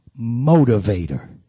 motivator